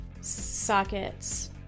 sockets